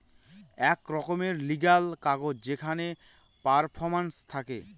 এক রকমের লিগ্যাল কাগজ যেখানে পারফরম্যান্স থাকে